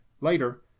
later